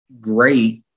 great